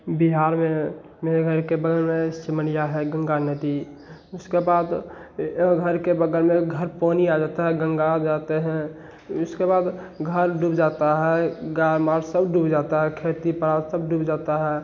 बिहार में मेरे घर के बगल में सिमरिया है गंगा नदी उसके बाद ए घर के बगल में घर पौनी आ जाता है गंगा आ जाते हैं इसके बाद घर डूब जाता है गाय माल सब डूब जाता है खेती पराव सब डूब जाता है